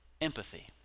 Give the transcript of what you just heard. empathy